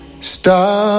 Stop